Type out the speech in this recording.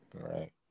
Right